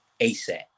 ASAP